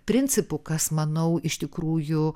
principu kas manau iš tikrųjų